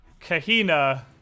Kahina